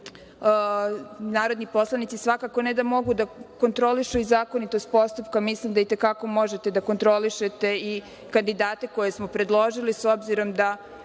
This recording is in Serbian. narodni poslanici svakako, ne da mogu da kontrolišu i zakonitost postupka, mislim da i te kako možete da kontrolišete kandidate koje smo predložili, s obzirom da